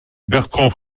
bertrand